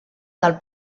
del